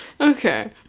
Okay